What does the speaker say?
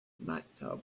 maktub